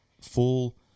full